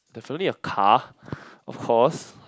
definitely a car of course